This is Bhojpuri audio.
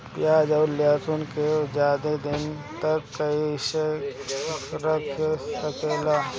प्याज और लहसुन के ज्यादा दिन तक कइसे रख सकिले?